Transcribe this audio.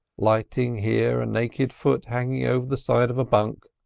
lighting here a naked foot hanging over the side of a bunk,